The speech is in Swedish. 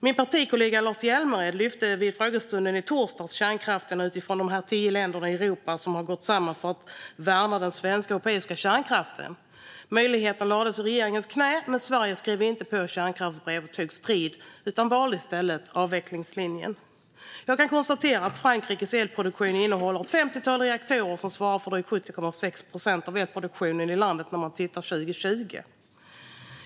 Min partikollega Lars Hjälmered ställde vid frågestunden i torsdags en fråga om kärnkraften utifrån de tio länder i Europa som har gått samman för att värna den svenska och europeiska kärnkraften. Möjligheten lades i regeringens knä, men Sverige skrev inte på kärnkraftsbrevet och tog strid utan valde i stället avvecklingslinjen. Jag kan konstatera att Frankrikes elproduktion innehåller ett femtiotal reaktorer som svarade för drygt 70,6 procent av elproduktionen i landet 2020.